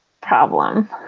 problem